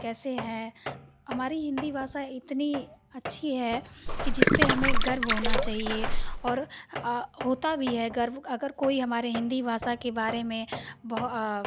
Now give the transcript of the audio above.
कैसे हैं हमारे हिन्दी भाषा इतनी अच्छी है कि जिस पर हमें गर्व होना चाहिए और होता भी है गर्व अगर कोई हमारे हिन्दी भाषा के बारे में बोहौ